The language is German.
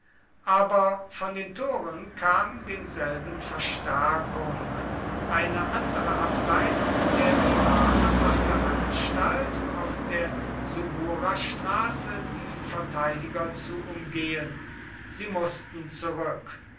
aber von den toren kam denselben verstärkung eine andere abteilung der sullaner machte anstalt auf der suburastraße die verteidiger zu umgehen sie mußten zurück